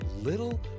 little